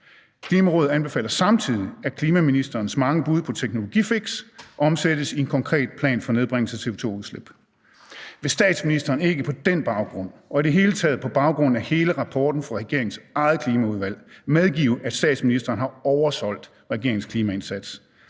Klimarådet anbefaler samtidig, at klimaministerens mange bud på teknologifiks omsættes i en konkret plan for nedbringelse af CO2-udslip. Vil statsministeren ikke på den baggrund og i det hele taget på baggrund af hele rapporten fra regeringens eget Klimaudvalg medgive, at statsministeren har oversolgt regeringens klimaindsats?